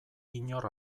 inor